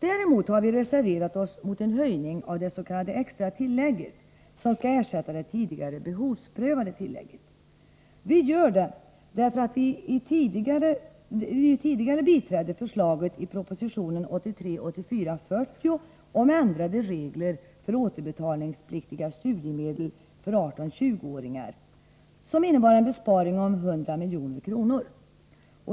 Däremot har vi reserverat oss mot en höjning av det s.k. extra tillägget, som skall ersätta det tidigare behovsprövade tillägget. Vi gör det, därför att vi tidigare biträdde förslaget i proposition 1983/84:40 om ändrade regler för återbetalningspliktiga studiemedel för 18-20-åringar, vilket innebar en besparing om 100 milj.kr.